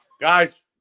Guys